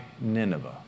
Nineveh